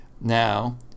Now